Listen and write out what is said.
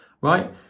right